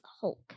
Hulk